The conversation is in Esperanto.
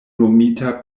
nomita